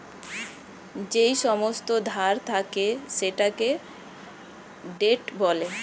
যেই সমস্ত ধার থাকে সেটাকে ডেট বলে